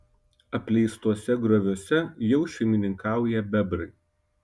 apleistuose grioviuose jau šeimininkauja bebrai